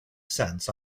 cents